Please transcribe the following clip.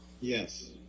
yes